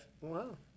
wow